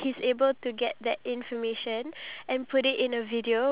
big scissors I also don't know what is it call